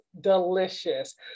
delicious